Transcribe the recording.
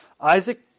Isaac